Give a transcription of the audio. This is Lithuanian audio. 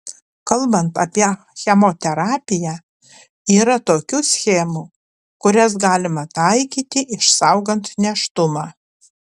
kalbant apie chemoterapiją yra tokių schemų kurias galima taikyti išsaugant nėštumą